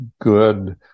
good